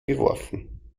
geworfen